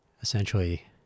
essentially